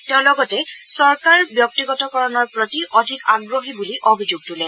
তেওঁ লগতে চৰকাৰ ব্যক্তিগতকৰণৰ প্ৰতি অধিক আগ্ৰহী বুলি অভিযোগ তোলে